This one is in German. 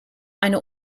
eine